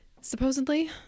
Supposedly